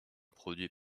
produit